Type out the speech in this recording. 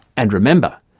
and remember,